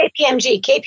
KPMG